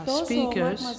speakers